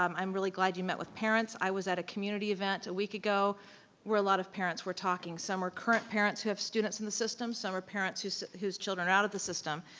um i'm really glad you met with parents, i was at a community event a week ago where a lot of parents were talking. some are current parents who have students in the system, some are parents whose whose children are out of the system,